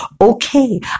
okay